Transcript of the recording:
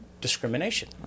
discrimination